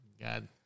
God